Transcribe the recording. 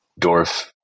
dwarf